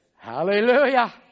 Hallelujah